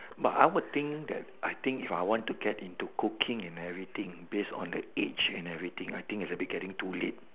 but I would think that I think if I want to get into cooking and everything based on the age and everything I think it's a bit getting too late